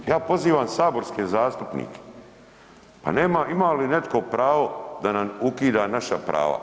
Ja pozivam saborske zastupnike, ima li netko pravo da nam ukida naša prava?